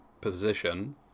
position